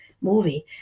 movie